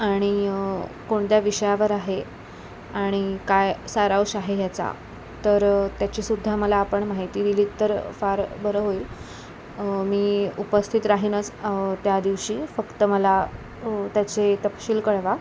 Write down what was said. आणि कोणत्या विषयावर आहे आणि काय सारांश आहे ह्याचा तर त्याची सुद्धा मला आपण माहिती दिलीत तर फार बरं होईल मी उपस्थित राहीनच त्या दिवशी फक्त मला त्याचे तपशील कळवा